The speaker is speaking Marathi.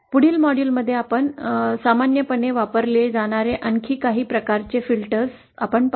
पुढील मॉड्यूलमध्ये आपण सामान्यपणे वापरले जाणारे आणखी काही प्रकारची फिल्टर्स आपण पाहू